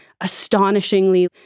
astonishingly